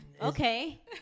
Okay